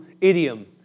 idiom